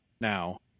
now